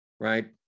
right